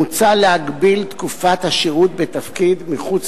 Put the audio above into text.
מוצע להגביל את תקופת השהות בתפקיד מחוץ